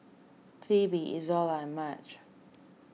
Pheobe Izola and Madge